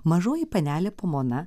mažoji panelė pomona